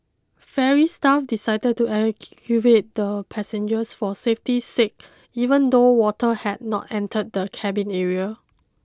ferry staff decided to evacuate the passengers for safety sake even though water had not entered the cabin area